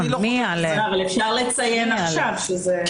אני לא חושב שזה יעלה.